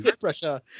Pressure